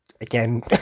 again